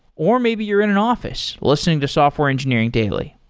or maybe you're in in office listening to software engineering daily.